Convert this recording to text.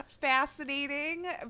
fascinating